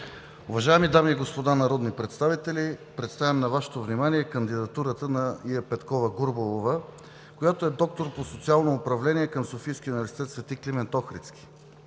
уважаеми дами и господа народни представители! Представям на Вашето внимание кандидатурата на Ия Петкова-Гурбалова, която е доктор по социално управление към Софийския университет „Св. Климент Охридски“,